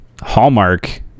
Hallmark